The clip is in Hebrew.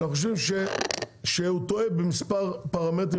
אנחנו חושבים שהוא טועה במספר פרמטרים